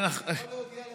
אני חייב להודיע לך,